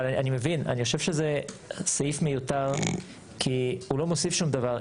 אני חושב שזה סעיף מיותר כי הוא לא מוסיף שום דבר.